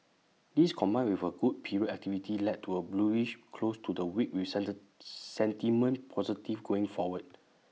this combined with A good period activity led to A bullish close to the week with centre sentiment positive going forward